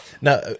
Now